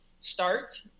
start